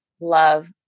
love